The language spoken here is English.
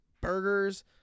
burgers